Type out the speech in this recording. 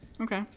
Okay